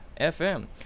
FM